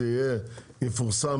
זה יהיה, יפורסם